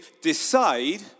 decide